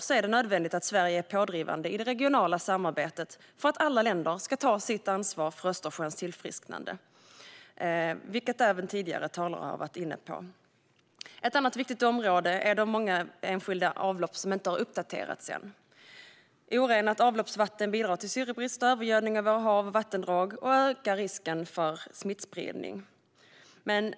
Det är nödvändigt att Sverige är pådrivande i det regionala samarbetet för att alla länder ska ta sitt ansvar för Östersjöns tillfrisknande, vilket även tidigare talare har varit inne på. Ett annat viktigt område är de många enskilda avlopp som inte uppdaterats än. Orenat avloppsvatten bidrar till syrebrist i och övergödning av våra hav och vattendrag samt ökar risken för smittspridning.